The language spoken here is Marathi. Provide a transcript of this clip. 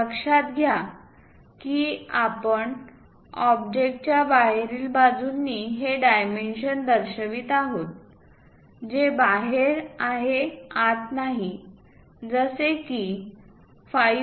लक्षात घ्या की आपण ऑब्जेक्टच्या बाहेरील बाजूंनी हे डायमेन्शन दर्शवित आहोत जे बाहेर आहे आत नाही जसे की 5